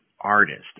artist